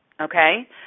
okay